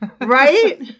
right